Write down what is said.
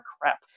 crap